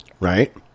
right